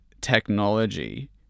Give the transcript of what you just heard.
technology